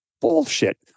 Bullshit